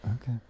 Okay